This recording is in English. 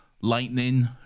Lightning